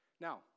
Now